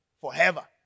Forever